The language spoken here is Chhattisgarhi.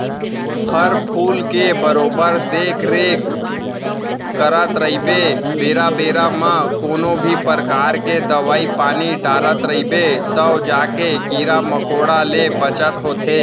फर फूल के बरोबर देख रेख करत रइबे बेरा बेरा म कोनों भी परकार के दवई पानी डारत रइबे तव जाके कीरा मकोड़ा ले बचत होथे